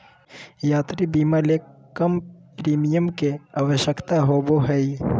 यात्रा बीमा ले कम प्रीमियम के आवश्यकता होबो हइ